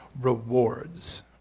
rewards